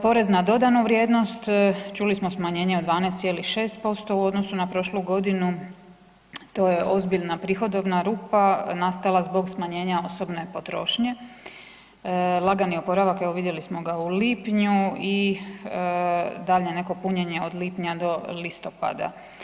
Porez na dodanu vrijednost, čuli smo smanjenje od 12,6% u odnosu na prošlu godinu, to je ozbiljna prihodovna rupa nastala zbog smanjenja osobne potrošnje, lagani oporavak, evo vidjeli smo ga u lipnju i dalje neko punjenje od lipnja do listopada.